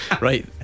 Right